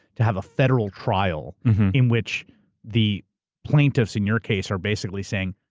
to have a federal trial in which the plaintiffs in your case are basically saying,